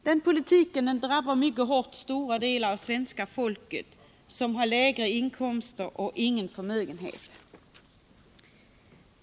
Den politiken drabbar hårt den del av det svenska folket som har lägre inkomster och ingen förmögenhet.